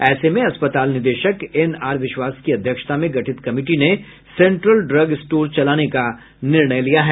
ऐसे में अस्पताल निदेशक एन आर विश्वास की अध्यक्षता में गठित कमिटी ने सेन्ट्रल ड्रग स्टोर चलाने का निर्णय लिया है